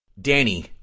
Danny